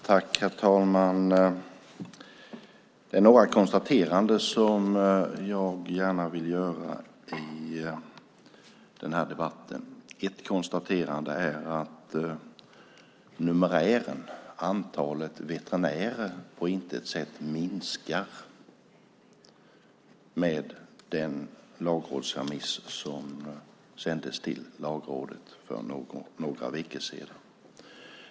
Herr talman! Ett första konstaterande jag gärna vill göra i den här debatten är att numerären, antalet veterinärer, på intet sätt minskar med den lagrådsremiss som sändes till Lagrådet för några veckor sedan.